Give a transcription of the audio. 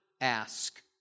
ask